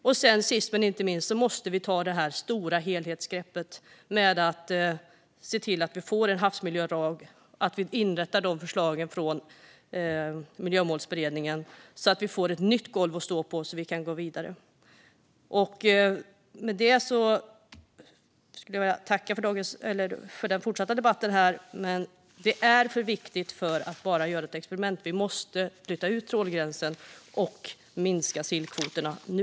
Sist men inte minst måste vi ta det stora helhetsgreppet och se till att vi får en havsmiljölag där vi inför förslagen från Miljömålsberedningen. Då får vi ett nytt golv att stå på så att vi kan gå vidare. Jag vill tacka för den debatt vi har här i dag. Men detta är för viktigt för att bara göra ett experiment. Vi måste flytta ut trålgränsen och minska sillkvoterna nu!